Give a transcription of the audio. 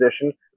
position